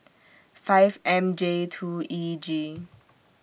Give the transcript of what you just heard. five M J two E G